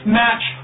match